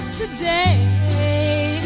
today